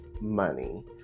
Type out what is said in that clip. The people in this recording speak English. money